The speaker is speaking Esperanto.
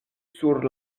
sur